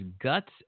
guts